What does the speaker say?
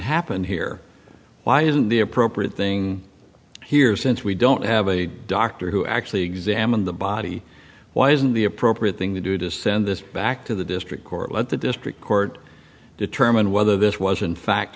happen here why isn't the appropriate thing here since we don't have a doctor who actually examined the body why isn't the appropriate thing to do to send this back to the district court let the district court determine whether this was in fact